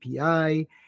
API